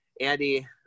Andy